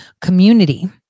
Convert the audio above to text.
community